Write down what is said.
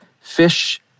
fish